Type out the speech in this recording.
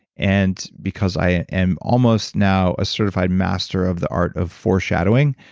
and because i am almost now a certified master of the art of foreshadowing,